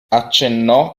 accennò